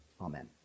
Amen